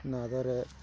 ନାଦରେ